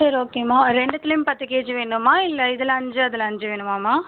சரி ஓகேம்மா ரெண்டுத்துலையும் பத்து கேஜி வேணுமா இல்லை இதில் அஞ்சு அதில் அஞ்சு வேணுமாம்மா